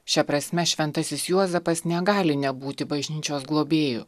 šia prasme šventasis juozapas negali nebūti bažnyčios globėju